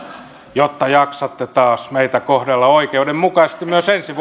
jotta jaksatte taas meitä kohdella oikeudenmukaisesti myös ensi